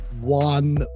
one